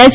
H